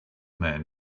man